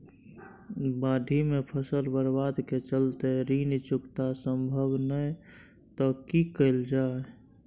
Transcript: बाढि में फसल बर्बाद के चलते ऋण चुकता सम्भव नय त की कैल जा?